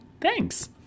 Thanks